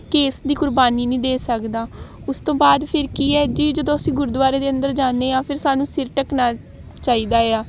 case ਦੀ ਕੁਰਬਾਨੀ ਨਹੀਂ ਦੇ ਸਕਦਾ ਉਸ ਤੋਂ ਬਾਅਦ ਫਿਰ ਕੀ ਹੈ ਜੀ ਜਦੋਂ ਅਸੀਂ ਗੁਰਦੁਆਰੇ ਦੇ ਅੰਦਰ ਜਾਂਦੇ ਹਾਂ ਫਿਰ ਸਾਨੂੰ ਸਿਰ ਢੱਕਣਾ ਚਾਹੀਦਾ ਆ